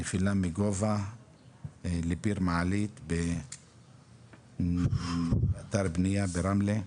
בנפילה מגובה לפיר מעלית באתר בנייה ברמלה,